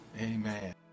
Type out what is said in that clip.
Amen